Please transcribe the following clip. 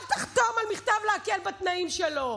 אל תחתום על מכתב להקל בתנאים שלו.